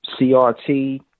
CRT